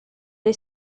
dei